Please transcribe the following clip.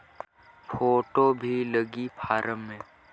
Photo भी लगी form मे?